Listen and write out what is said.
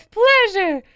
pleasure